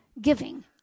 giving